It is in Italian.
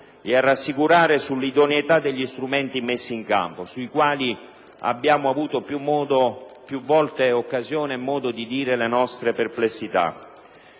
e a rassicurare sulla idoneità degli strumenti messi in campo, sui quali abbiamo avuto più volte occasione di esprimere le nostre perplessità.